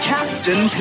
Captain